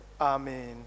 Amen